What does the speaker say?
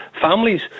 families